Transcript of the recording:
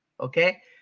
Okay